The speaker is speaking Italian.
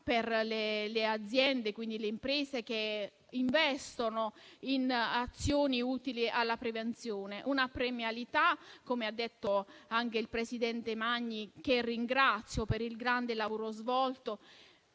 premialità per le imprese che investono in azioni utili alla prevenzione; una premialità che - come ha detto anche il presidente Magni, che ringrazio per il grande lavoro svolto